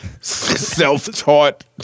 Self-taught